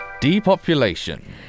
depopulation